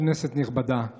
כנסת נכבדה,